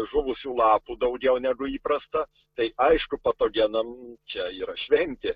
žuvusių lapų daugiau negu įprasta tai aišku patogenam čia yra šventė